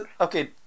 Okay